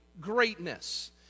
greatness